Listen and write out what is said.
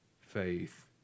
faith